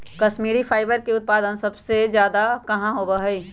Kashmiri fibre के उत्पादन सबसे ज्यादा कहाँ होबा हई?